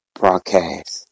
broadcast